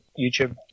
YouTube